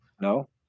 no